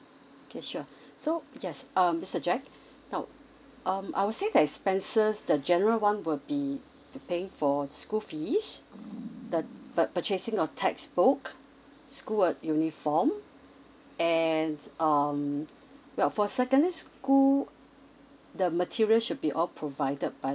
okay sure so yes um mister jack now um I would say the expenses the general one will be to pay for school fees the pur~ purchasing of textbook school and uniform and um well for secondary school the material should be all provided by